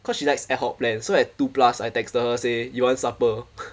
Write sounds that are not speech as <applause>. cause she likes ad hoc plan so at two plus I texted her say you want supper <noise>